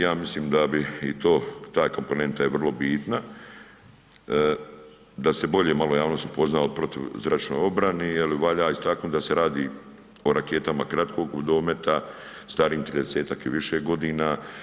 Ja mislim da bi i to, ta komponenta je vrlo bitna da se bolje malo javnost upozna o protuzračnoj obrani jel valja istaknut da se radi o raketama kratkog dometa, starim 30.-tak i više godina.